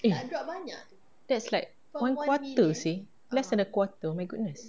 eh that's like one quarter seh less than a quarter oh my goodness